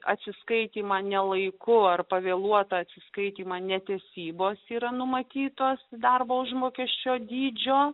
atsiskaitymą ne laiku ar pavėluotą atsiskaitymą netesybos yra numatytos darbo užmokesčio dydžio